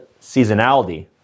seasonality